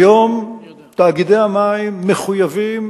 היום תאגידי המים מחויבים,